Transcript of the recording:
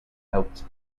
helps